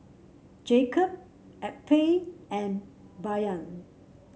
Jacob Eppie and Bayard